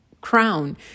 crown